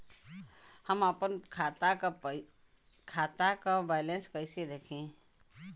हम आपन खाता क बैलेंस कईसे देखी?